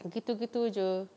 gitu gitu jer